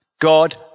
God